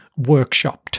workshopped